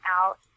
out